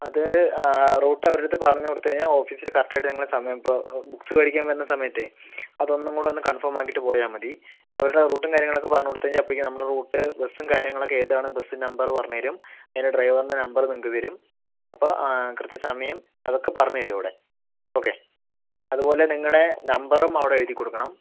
അത് റൂട്ടവരുടടുത്ത് പറഞ്ഞുകൊടുത്തുകഴിഞ്ഞാൽ ഓഫിസിൽ കറക്റ്റ് ആയിട്ട് നിങ്ങളുടെ സമയം ഇപ്പോൾ ബുക്ക്സ് മേടിക്കാൻ വരുന്ന സമയത്തെ അതൊന്നുംകൂടൊന്നു കൺഫേം ആക്കിയിട്ട് പോയാൽ മതി അവരോട് റൂട്ടും കാര്യങ്ങളൊക്കെ പറഞ്ഞുകൊടുത്തുകഴിഞ്ഞാൽ അപ്പോഴേക്കും നമ്മുടെ റൂട്ട് ബസ്സും കാര്യങ്ങളൊക്കെ ഏതാണ് ബസ് നമ്പർ പറഞ്ഞുതരും നിങ്ങളുടെ ഡ്രൈവറിൻറെ നമ്പർ നിങ്ങൾക്ക് തരും അപ്പോൾ കൃത്യസമയം അതൊക്കെ പറഞ്ഞുതരും അവിടെ ഓക്കെ അതുപോലെ നിങ്ങളുടെ നമ്പറും അവിടെ എഴുതിക്കൊടുക്കണം